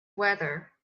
weather